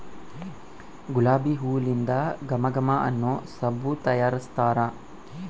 ಗುಲಾಬಿ ಹೂಲಿಂದ ಘಮ ಘಮ ಅನ್ನೊ ಸಬ್ಬು ತಯಾರಿಸ್ತಾರ